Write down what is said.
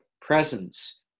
presence